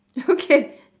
okay